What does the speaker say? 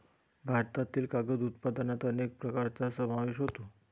भारतातील कागद उत्पादनात अनेक प्रकारांचा समावेश होतो